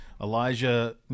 elijah